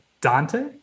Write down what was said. Dante